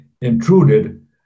intruded